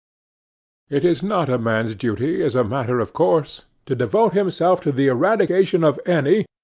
it is not a man's duty, as a matter of course, to devote himself to the eradication of any,